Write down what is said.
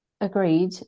Agreed